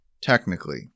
technically